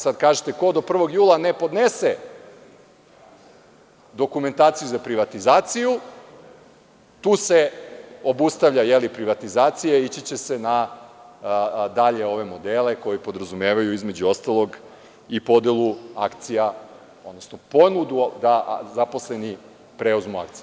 Sada kažete – ko do 1. jula ne podnese dokumentaciju za privatizaciju, tu se obustavlja privatizacija i ići će se dalje na modele koji podrazumevaju, između ostalog, i podelu akcija, ponudu da zaposleni preuzmu akcije.